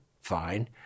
fine